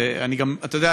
אתה יודע,